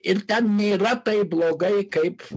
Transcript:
ir ten nėra taip blogai kaip